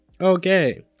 okay